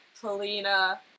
Polina